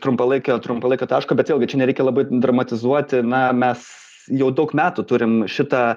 trumpalaikio trumpalaikio taško bet vėlgi čia nereikia labai dramatizuoti na mes jau daug metų turim šitą